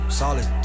solid